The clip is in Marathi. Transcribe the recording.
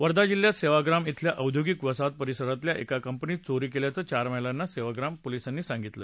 वर्धा जिल्ह्यात सेवाग्राम इथल्या औद्योगित वसाहत परिसरातल्या एका कंपनीत चोरी केलेल्या चार महिलांना काल सेवाग्राम पोलिसांनी अटक केली